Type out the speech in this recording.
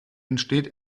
entsteht